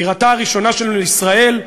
בירתה הראשונה של ישראל,